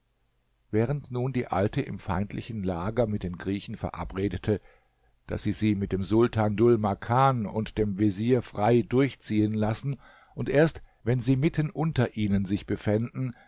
während nun die alte im feindlichen lager mit den griechen verabredete daß sie sie mit dem sultan dhul makan und dem vezier frei durchziehen lassen und erst wenn sie mitten unter ihnen sich befänden